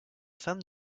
femme